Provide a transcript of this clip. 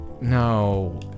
no